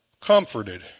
comforted